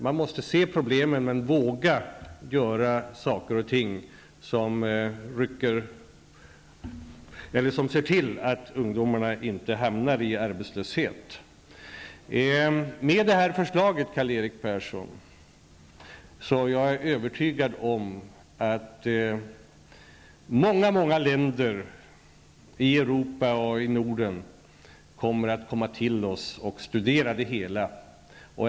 Man måste se problemen och våga vidta åtgärder för att se till att ungdomarna inte blir arbetslösa. Efter det här förslaget, Karl-Erik Persson, är jag övertygad om att länderna i Norden och många länder i övriga Europa kommer att studera oss.